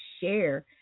share